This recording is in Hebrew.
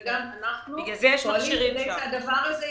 וגם אנחנו פועלים כדי שהדבר הזה יקרה.